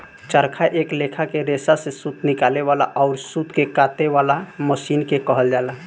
चरखा एक लेखा के रेसा से सूत निकाले वाला अउर सूत के काते वाला मशीन के कहल जाला